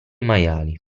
maiali